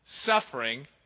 suffering